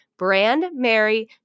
brandmary